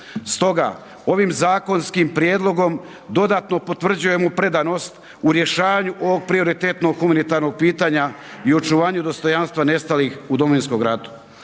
Stoga, ovim zakonskim prijedlogom dodatno potvrđujemo predanost u rješavanju ovog prioritetnog humanitarnog pitanja i očuvanju dostojanstva nestalih u Domovinskom ratu.